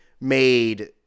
made